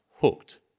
hooked